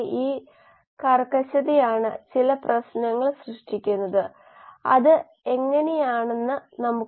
നമ്മൾ ഇത് വീണ്ടും സന്ദർശിക്കുന്നു ഇത് ഒരു പ്രധാന ആശയമാണ് തുടക്കത്തിൽ അൽപം ബുദ്ധിമുട്ടാണ് പക്ഷേ ഒരിക്കൽ നിങ്ങൾക്കത് ലഭിച്ചാൽ ഇത് വളരെ എളുപ്പമാകും